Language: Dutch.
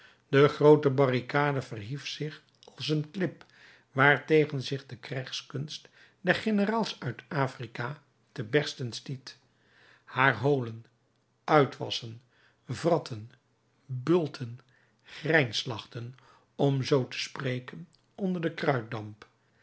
de groote barricade verhief zich als een klip waartegen zich de krijgskunst der generaals uit afrika te bersten stiet haar holen uitwassen wratten bulten grijnslachten om zoo te spreken onder den kruitdamp